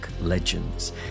legends